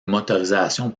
motorisation